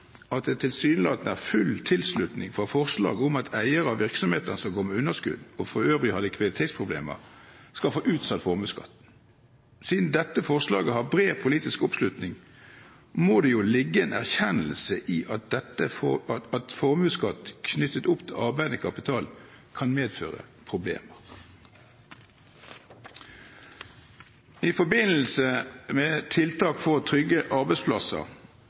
at det tilsynelatende er full tilslutning til forslag om at eiere av virksomheter som går med underskudd og for øvrig har likviditetsproblemer, skal få utsatt formuesskatten. Siden dette forslaget har bred politisk oppslutning, må det jo ligge en erkjennelse i dette om at formuesskatt knyttet opp til arbeidende kapital kan medføre problemer. I forbindelse med tiltak for å trygge arbeidsplasser